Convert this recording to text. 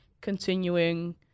continuing